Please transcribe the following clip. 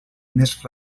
més